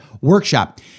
workshop